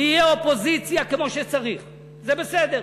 נהיה אופוזיציה כמו שצריך, זה בסדר.